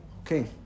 Okay